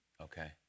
Okay